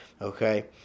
okay